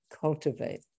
cultivate